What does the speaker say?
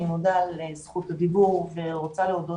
אני מודה על זכות הדיבור ורוצה להודות